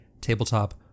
tabletop